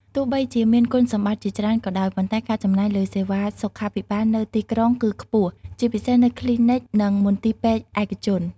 ទោះបីជាមានគុណសម្បត្តិជាច្រើនក៏ដោយ ប៉ុន្តែការចំណាយលើសេវាសុខាភិបាលនៅទីក្រុងគឺខ្ពស់ ជាពិសេសនៅគ្លីនិក និងមន្ទីរពេទ្យឯកជន។